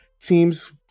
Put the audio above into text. teams